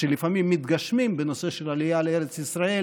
שלפעמים מתגשמים בנושא העלייה לארץ ישראל